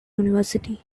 university